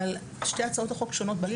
אבל שתי הצעות החוק שונות.